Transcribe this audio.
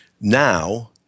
Now